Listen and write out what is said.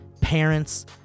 parents